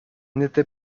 n’était